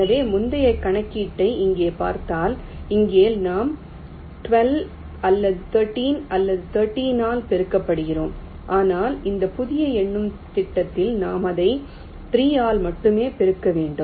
எனவே முந்தைய கணக்கீட்டை இங்கே பார்த்தால் இங்கே நாம் 12 அல்லது 13 அல்லது 13 ஆல் பெருக்கப்படுகிறோம் ஆனால் இந்த புதிய எண்ணும் திட்டத்தில் நாம் அதை 3 ஆல் மட்டுமே பெருக்க வேண்டும்